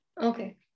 Okay